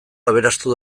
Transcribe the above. aberastu